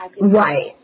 Right